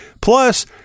plus